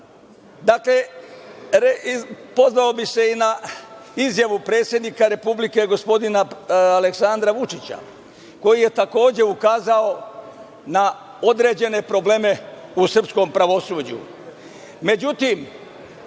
odluka. Pozvao bih se i na izjavu predsednika Republike, gospodina Aleksandra Vučića, koji je takođe ukazao na određene probleme u srpskom pravosuđu.Međutim,